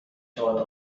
شود